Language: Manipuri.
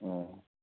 ꯑꯣ